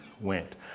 went